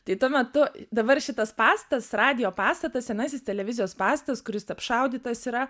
tai tuo metu dabar šitas pastatas radijo pastatas senasis televizijos pastatas kuris apšaudytas yra